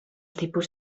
tipus